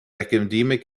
academic